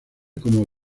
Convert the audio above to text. como